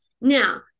Now